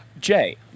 Jay